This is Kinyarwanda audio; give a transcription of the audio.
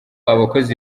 abakozi